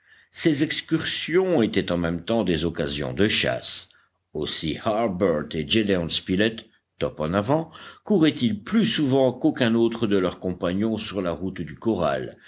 ces excursions étaient en même temps des occasions de chasse aussi harbert et gédéon spilet top en avant couraient ils plus souvent qu'aucun autre de leurs compagnons sur la route du corral